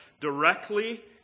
directly